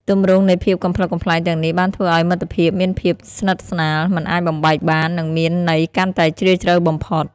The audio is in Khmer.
ទម្រង់នៃភាពកំប្លុកកំប្លែងទាំងនេះបានធ្វើឱ្យមិត្តភាពមានភាពស្និទ្ធស្នាល មិនអាចបំបែកបាន និងមានន័យកាន់តែជ្រាលជ្រៅបំផុត។